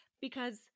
Because-